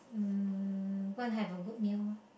um go and have a good meal lor